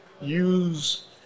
use